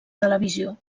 televisió